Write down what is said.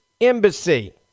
embassy